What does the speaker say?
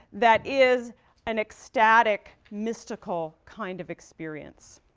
that is an ecstatic, mystical kind of experience.